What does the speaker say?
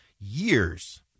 years